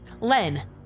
Len